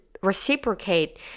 reciprocate